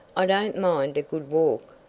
i don't mind a good walk.